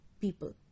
people